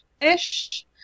ish